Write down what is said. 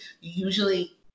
usually